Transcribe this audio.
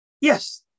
yes